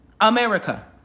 America